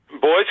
Boys